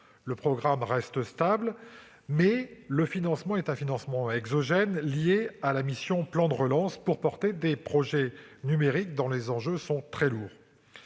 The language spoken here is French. Le programme reste stable, mais le financement est exogène, lié à la mission « Plan de relance » pour soutenir des projets numériques dont les enjeux sont très lourds.